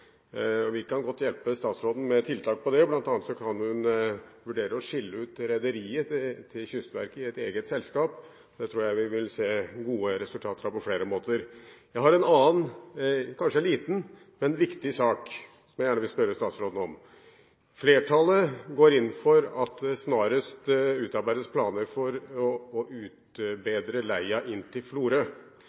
effektivisering. Vi kan godt hjelpe statsråden med tiltak for det, bl.a. kan hun skille ut rederiet til Kystverket i et eget selskap. Det tror jeg vi vil se gode resultater av på flere måter. Jeg har en annen – kanskje liten, men viktig – sak som jeg gjerne vil spørre statsråden om. Flertallet går inn for at det snarest utarbeides planer for å utbedre leia inn til